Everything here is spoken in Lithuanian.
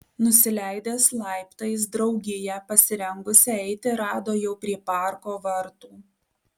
nusileidęs laiptais draugiją pasirengusią eiti rado jau prie parko vartų